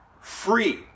free